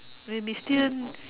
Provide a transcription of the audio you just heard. we may still